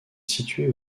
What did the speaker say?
située